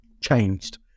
changed